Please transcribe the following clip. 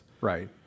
Right